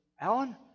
Alan